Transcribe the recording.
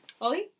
Ollie